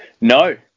No